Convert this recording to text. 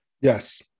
Yes